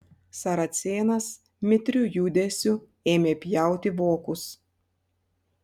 saracėnas mitriu judesiu ėmė pjauti vokus